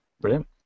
Brilliant